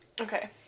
Okay